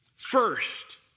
First